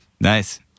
Nice